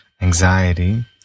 anxiety